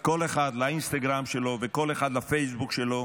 כל אחד לאינסטגרם שלו ולפייסבוק שלו,